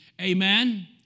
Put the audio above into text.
amen